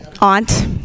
aunt